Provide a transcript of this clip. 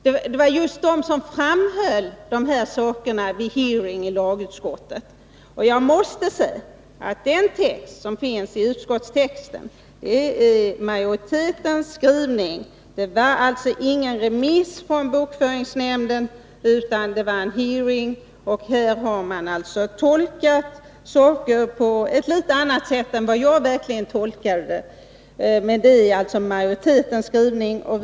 Det var just de som framhöll dessa saker vid en hearing i lagutskottet. Jag måste säga att den text som finns i utskottsbetänkandet är majoritetens skrivning. Frågan gick alltså inte på remiss till bokföringsnämnden, utan det var en hearing. Utskottsmajoriteten har i sin skrivning tolkat det som kom fram vid hearingen på ett litet annat sätt än vad jag har gjort.